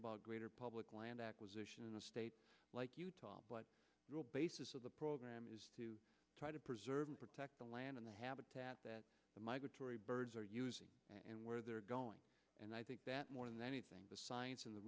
about greater public land acquisition in a state like utah but real basis of the program is to try to preserve and protect the land in the habitat that the migratory birds are using and where they're going and i think that more than anything the science of the